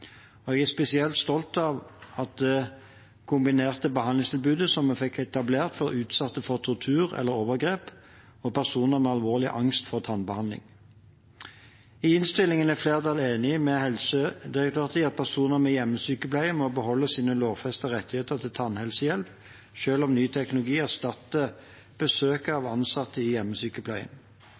Jeg er spesielt stolt av det kombinerte behandlingstilbudet vi fikk etablert for utsatte for tortur eller overgrep og personer med alvorlig angst for tannbehandling. I innstillingen er flertallet enig med Helsedirektoratet i at personer med hjemmesykepleie må beholde sine lovfestede rettigheter til tannhelsehjelp, selv om ny teknologi erstatter besøk av ansatte i hjemmesykepleien.